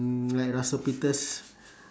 mm like russell-peters